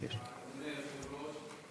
אדוני היושב-ראש,